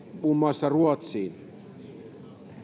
muun muassa ruotsiin